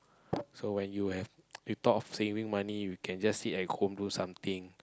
so when you have you thought of saving money you can just sit at home do something